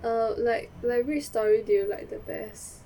err like like which story do you like the best